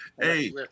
Hey